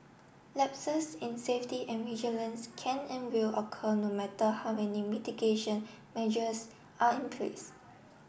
lapses in safety and vigilance can and will occur no matter how many mitigation measures are in place